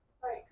Sorry